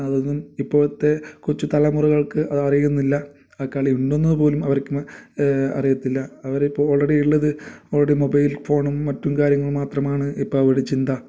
അതൊന്നും ഇപ്പോഴത്തെ കൊച്ചു തലമുറകൾക്ക് അത് അറിയുന്നില്ല ആ കളി ഉണ്ടെന്നു പോലും അവർക്ക് അറിയത്തില്ല അവരിപ്പോൾ ഓൾറെഡി ഉള്ളത് ഓൾറെഡി മൊബൈൽ ഫോണും മറ്റും കാര്യങ്ങൾ മാത്രമാണ് ഇപ്പോൾ അവരുടെ ചിന്ത